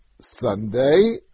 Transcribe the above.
Sunday